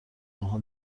آنها